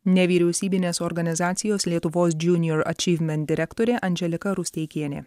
nevyriausybinės organizacijos lietuvos junior achievement direktorė andželika rusteikienė